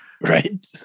Right